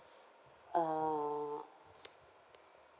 err